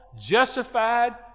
justified